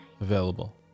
Available